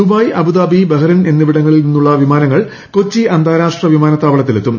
Dubai Abu Dhabi Bahrain എന്നിവിടങ്ങളിൽ നിന്നുള്ള വിമാനങ്ങൾ കൊച്ചി അന്താരാഷ്ട്രവിമാനത്താവളത്തിൽ എത്തും